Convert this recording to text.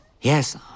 Yes